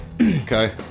Okay